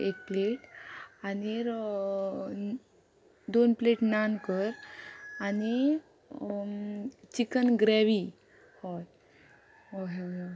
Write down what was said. एक प्लेट आनी दोन प्लेट नान कर आनी चिकन ग्रेवी हय हय हय